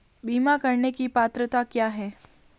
बीमा करने की पात्रता क्या है?